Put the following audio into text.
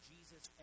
Jesus